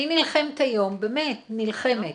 אני נלחמת היום, באמת, נלחמת,